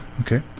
Okay